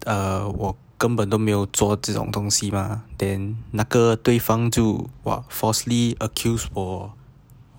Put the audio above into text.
我根本都没有做这种东西 mah then 那个对方就 !wah! falsely accused 我